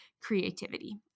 creativity